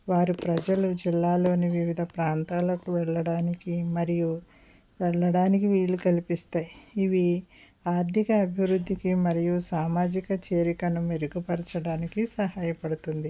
వారు ప్రజలు జిల్లాల్లోని వివిధ ప్రాంతాలకు వెళ్ళడానికి మరియు వెళ్ళడానికి వీలు కల్పిస్తాయి ఇవి ఆర్థిక అభివృద్ధికి మరియు సామాజిక చేరికను మరుగుపరచడానికి సహాయపడుతుంది